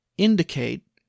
Indicate